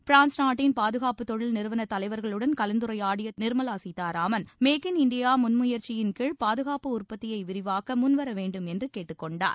France நாட்டின் பாதுகாப்பு தொழில் நிறுவன தலைவர்களுடன் கலந்துரையாடிய திருமதி நிர்மலா சீத்தாராமன் மேக் இன்டியா முன் முயற்சியின் கீழ் பாதுகாப்பு உற்பத்தியை விரிவாக்க முன்வரவேண்டும் என்று கேட்டுக்கொண்டார்